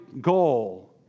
goal